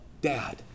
Dad